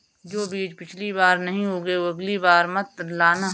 जो बीज पिछली बार नहीं उगे, अगली बार मत लाना